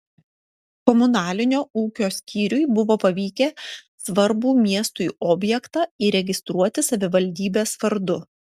komunalinio ūkio skyriui buvo pavykę svarbų miestui objektą įregistruoti savivaldybės vardu